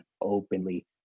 openly